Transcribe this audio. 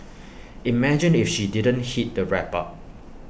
imagine if she didn't heat the wrap up